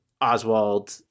Oswald